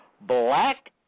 black